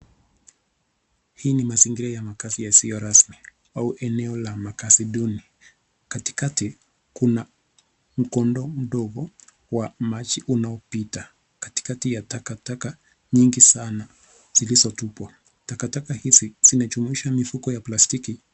Hii ni mazingira ya makazi yasiyo rasmi au eneo la makazi duni. Katikati kuna mkondo mdogo wa maji unaopita katikati ya takataka nyingi sana zilizotupwa. Takataka hizi zinajumuhisha mifuko ya plastiki.